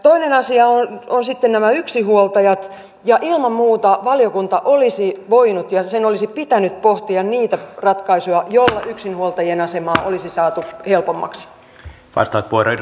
toinen asia on sitten nämä yksinhuoltajat ja ilman muuta valiokunta olisi voinut ja sen olisi pitänyt pohtia niitä ratkaisuja joilla yksinhuoltajien asemaa olisi saatu helpommaksi